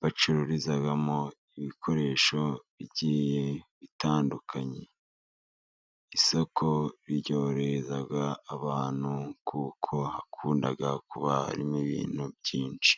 bacururizamo ibikoresho bigiye bitandukanye, isoko ryorohereza abantu, kuko hakunda kuba harimo ibintu byinshi.